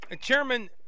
Chairman